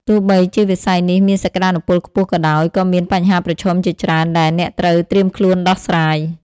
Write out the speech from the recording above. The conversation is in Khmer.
ទោះបីជាវិស័យនេះមានសក្តានុពលខ្ពស់ក៏ដោយ ក៏មាន បញ្ហាប្រឈមជាច្រើន ដែលអ្នកត្រូវត្រៀមខ្លួនដោះស្រាយ។